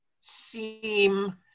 seem